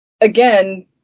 again